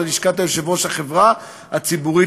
או ללשכת יושב-ראש החברה הציבורית,